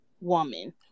woman